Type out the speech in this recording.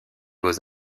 beaux